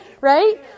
Right